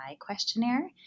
questionnaire